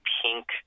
pink